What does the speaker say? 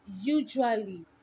usually